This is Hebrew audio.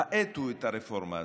האטו את הרפורמה הזאת,